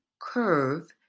curve